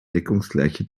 deckungsgleiche